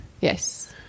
yes